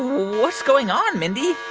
what's. going on, mindy?